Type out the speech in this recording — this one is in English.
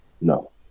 No